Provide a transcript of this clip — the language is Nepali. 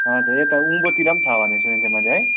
हजुर यता उँभोतिर पनि छ भनेको सुनेको थिएँ मैले है